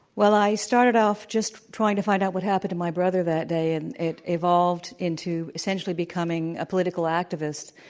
well i started off just trying to find out what happened to my brother that day and it evolved into essentially becoming a political activist.